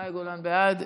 מאי גולן בעד.